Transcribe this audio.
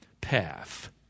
path